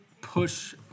push –